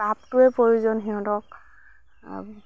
তাপটোৱে প্ৰয়োজন সিহঁতক